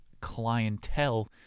clientele